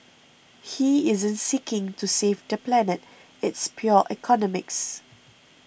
he isn't seeking to save the planet it's pure economics